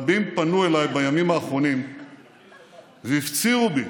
רבים פנו אליי בימים האחרונים והפצירו בי,